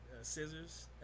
scissors